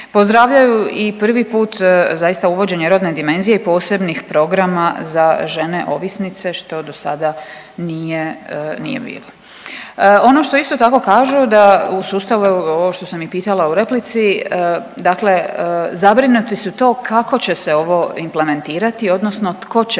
Pozdravljaju i prvi put zaista uvođenje rodne dimenzije posebnih programa za žene ovisnice što do sada nije bilo. Ono što isto tako kažu da u sustavu evo ovo što sam pitala i u replici, dakle zabrinuti su to kako će se ovo implementirati, odnosno tko će